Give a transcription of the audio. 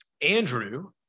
Andrew